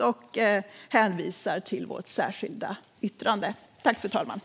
Vi hänvisar till Vänsterpartiets särskilda yttrande.